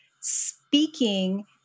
speaking